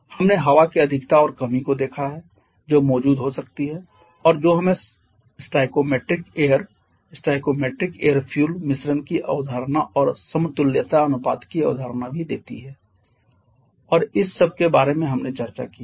हमने हवा की अधिकता और कमी को देखा है जो मौजूद हो सकती है और जो हमें stoichiometric air stoichiometric air fuel मिश्रण की अवधारणा और समतुल्यता अनुपात की अवधारणा भी देती है और इस सबके बारेमे हमने चर्चा की है